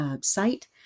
site